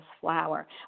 flower